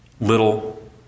Little